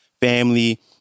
family